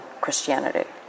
Christianity